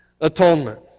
atonement